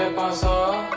also